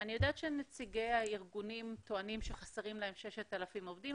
אני יודעת שנציגי הארגונים טוענים שחסרים להם 6,000 עובדים,